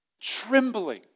trembling